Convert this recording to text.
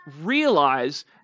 realize